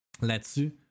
là-dessus